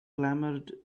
clamored